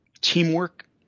teamwork